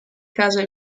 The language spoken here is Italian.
casa